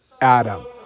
Adam